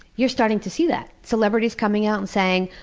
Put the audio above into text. you're starting to see that. celebrities coming out and saying,